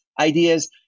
ideas